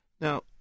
Now